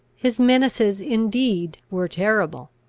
his menaces indeed were terrible.